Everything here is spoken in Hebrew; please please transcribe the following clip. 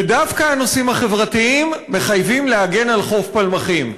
ודווקא הנושאים החברתיים מחייבים להגן על חוף פלמחים.